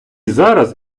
зараз